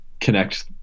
connect